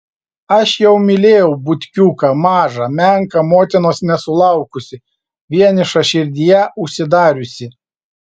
aš jau mylėjau butkiuką mažą menką motinos nesulaukusį vienišą širdyje užsidariusį